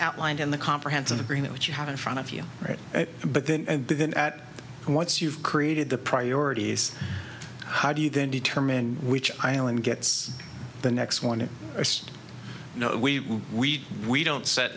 outlined in the comprehensive agreement that you have in front of you but then then at once you've created the priorities how do you then determine which island gets the next one you know we we we don't set